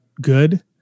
good